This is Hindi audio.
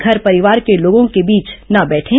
घर परिवार के लोगों के बीच न बैठें